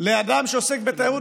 לאדם שעוסק בתיירות,